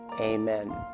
Amen